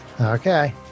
Okay